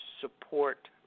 support